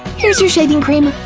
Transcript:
here's your shaving cream.